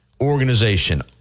organization